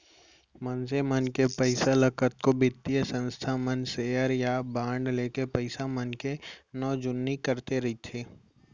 मनसे मन के पइसा ल कतको बित्तीय संस्था मन सेयर या बांड लेके पइसा मन के नवा जुन्नी करते रइथे